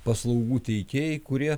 paslaugų teikėjai kurie